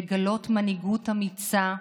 לגלות מנהיגות אמיצה,